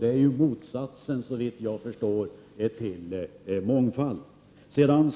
Det är motsatsen, såvitt jag förstår, till mångfald. Sedan